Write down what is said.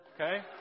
Okay